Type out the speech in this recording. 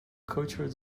cultural